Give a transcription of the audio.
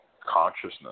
consciousness